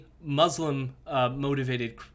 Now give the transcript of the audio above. Muslim-motivated